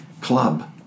club